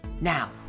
Now